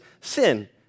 sin